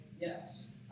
yes